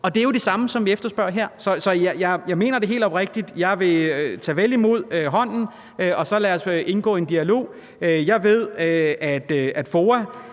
Det er jo det samme, som vi efterspørger her. Så jeg mener det helt oprigtigt: Jeg vil tage vel imod hånden, og lad os så indgå i en dialog. Jeg ved, at FOA,